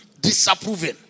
Disapproving